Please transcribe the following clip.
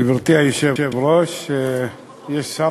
גברתי היושבת-ראש, יש שר